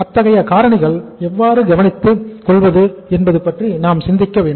அத்தகைய காரணிகள் எவ்வாறு கவனித்துக் கொள்வது என்பது பற்றி நாம் சிந்திக்க வேண்டும்